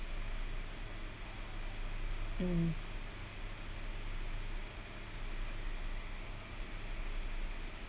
mm